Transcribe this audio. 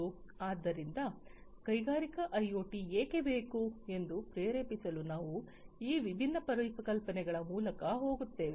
ಆದ್ದರಿಂದ ಕೈಗಾರಿಕಾ ಐಒಟಿ ಏಕೆ ಬೇಕು ಎಂದು ಪ್ರೇರೇಪಿಸಲು ನಾವು ಈ ವಿಭಿನ್ನ ಪರಿಕಲ್ಪನೆಗಳ ಮೂಲಕ ಹೋಗುತ್ತೇವೆ